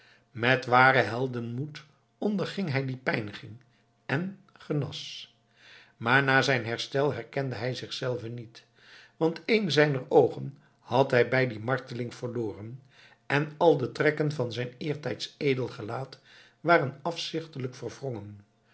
met waren heldenmoed onderging hij die pijniging en genas maar na zijn herstel herkende hij zichzelven niet want één zijner oogen had hij bij die marteling verloren en al de trekken van zijn eertijds edel gelaat waren afzichtelijk verwrongen